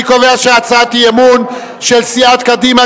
אני קובע שהצעת האי-אמון של סיעת קדימה,